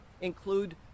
include